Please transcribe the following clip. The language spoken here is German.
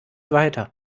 weiter